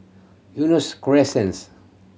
Eunos Crescents